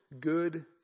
good